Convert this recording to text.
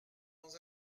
dans